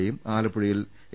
എയും ആലപ്പുഴയിൽ എ